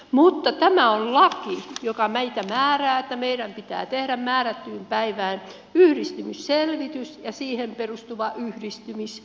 mutta tämä on laki joka meitä määrää että meidän pitää tehdä määrättyyn päivään mennessä yhdistymisselvitys ja siihen perustuva yhdistymisesitys